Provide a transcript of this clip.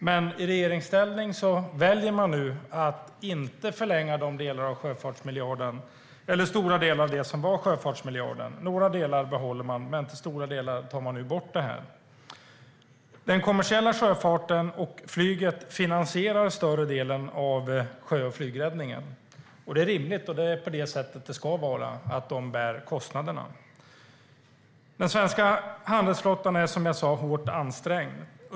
Men i regeringsställning väljer man nu att inte förlänga stora delar av det som var sjöfartsmiljarden. Några delar behåller man, men stora delar tar man nu bort. Den kommersiella sjöfarten och flyget finansierar större delen av sjö och flygräddningen. Det är rimligt, och det är på det sättet det ska vara, att de bär kostnaderna. Men den svenska handelsflottan är som jag sa hårt ansträngd.